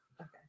Okay